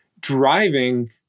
driving